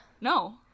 No